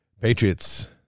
Patriots